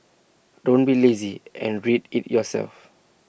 don't be lazy and read IT yourself